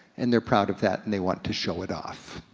and they're proud of that and they want to show it off.